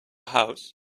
house